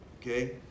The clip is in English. Okay